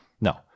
No